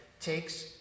takes